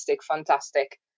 Fantastic